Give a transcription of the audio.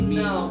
no